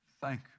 thank